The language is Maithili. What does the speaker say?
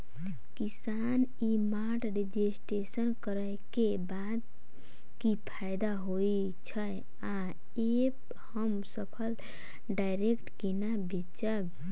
किसान ई मार्ट रजिस्ट्रेशन करै केँ बाद की फायदा होइ छै आ ऐप हम फसल डायरेक्ट केना बेचब?